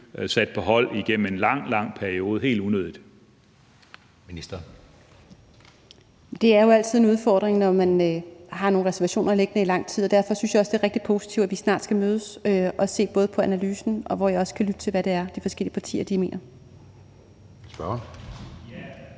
Kl. 17:23 Ministeren for landdistrikter (Louise Schack Elholm): Det er jo altid en udfordring, når man har nogle reservationer liggende i lang tid. Derfor synes jeg også, at det er rigtig positivt, at vi snart skal mødes, både så vi kan se på analysen og jeg også kan lytte til, hvad det er, de forskellige partier mener.